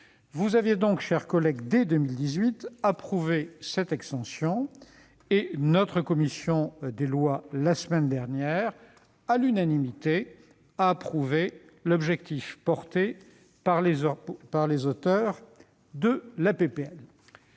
Vous avez donc, chers collègues, dès 2018, approuvé cette extension, et notre commission des lois, la semaine dernière, à l'unanimité, a approuvé l'objectif porté par les auteurs de la